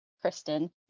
Kristen